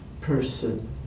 person